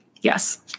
yes